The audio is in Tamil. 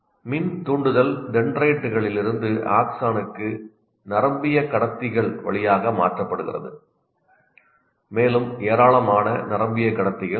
மின் தூண்டுதல் டென்ட்ரைட்டுகளிலிருந்து ஆக்சானுக்கு நேரடியாக அல்ல நரம்பியக்கடத்திகள் வழியாக மாற்றப்படுகிறது மேலும் ஏராளமான நரம்பியக்கடத்திகள் உள்ளன